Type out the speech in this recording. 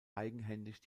eigenhändig